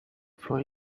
for